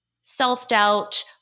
self-doubt